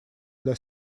для